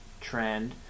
trend